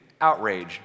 Outrage